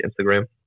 Instagram